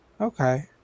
okay